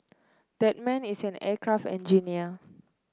that man is an aircraft engineer